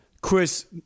Chris –